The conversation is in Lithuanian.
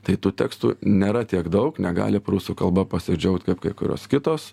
tai tų tekstų nėra tiek daug negali prūsų kalba pasidžiaugt kaip kai kurios kitos